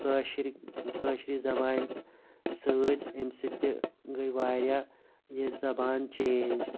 کٔاشِرِ کٔاشِرِ زَبانہِ سۭتۍ امہِ سۭتۍ تہِ گٔے وارِیاہ یہِ زَبان چینج